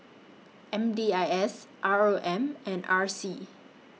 M D I S R O M and R C